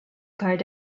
part